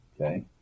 okay